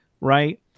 right